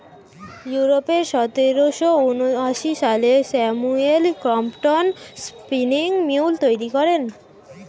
ইউরোপে সতেরোশো ঊনআশি সালে স্যামুয়েল ক্রম্পটন স্পিনিং মিউল তৈরি করেন